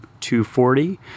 240